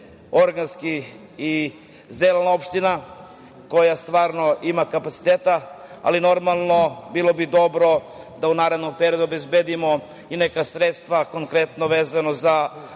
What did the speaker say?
organska i zelena opština koja stvarno ima kapaciteta, ali, normalno, bilo bi dobro da u narednom periodu obezbedimo i neka sredstva, konkretno vezano za